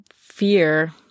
fear